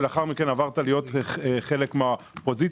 ולאחר מכן עברת להיות חלק מהאופוזיציה,